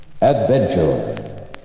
Adventure